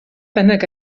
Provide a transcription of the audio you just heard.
bynnag